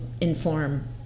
inform